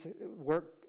work